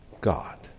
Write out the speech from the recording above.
God